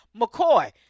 McCoy